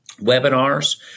webinars